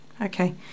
Okay